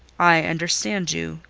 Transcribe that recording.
i understand you,